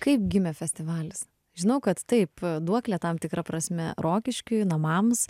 kaip gimė festivalis žinau kad taip duoklė tam tikra prasme rokiškiui namams